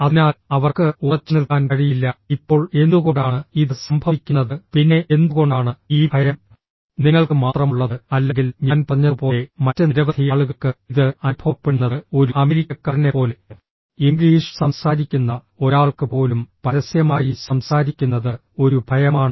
അതിനാൽ അവർക്ക് ഉറച്ചുനിൽക്കാൻ കഴിയില്ല ഇപ്പോൾ എന്തുകൊണ്ടാണ് ഇത് സംഭവിക്കുന്നത് പിന്നെ എന്തുകൊണ്ടാണ് ഈ ഭയം നിങ്ങൾക്ക് മാത്രമുള്ളത് അല്ലെങ്കിൽ ഞാൻ പറഞ്ഞതുപോലെ മറ്റ് നിരവധി ആളുകൾക്ക് ഇത് അനുഭവപ്പെടുന്നത് ഒരു അമേരിക്കക്കാരനെപ്പോലെ ഇംഗ്ലീഷ് സംസാരിക്കുന്ന ഒരാൾക്ക് പോലും പരസ്യമായി സംസാരിക്കുന്നത് ഒരു ഭയമാണ്